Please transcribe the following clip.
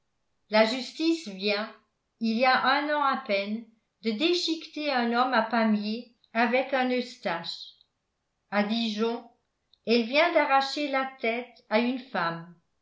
la justice vient il y a un an à peine de déchiqueter un homme à pamiers avec un eustache à dijon elle vient d'arracher la tête à une femme